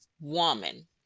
woman